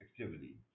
activity